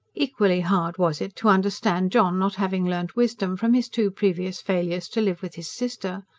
equally hard was it to understand john not having learnt wisdom from his two previous failures to live with his sister.